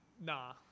nah